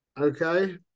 Okay